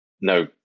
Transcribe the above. no